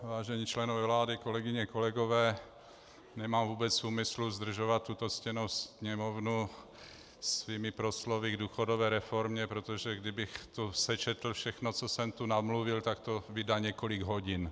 Vážení členové vlády, kolegyně, kolegové, nemám vůbec v úmyslu zdržovat tuto ctěnou Sněmovnu svými proslovy k důchodové reformě, protože kdybych sečetl všechno, co jsem tu namluvil, tak to vydá několik hodin.